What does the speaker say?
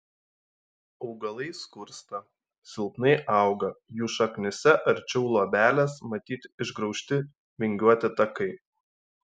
augalai skursta silpnai auga jų šaknyse arčiau luobelės matyti išgraužti vingiuoti takai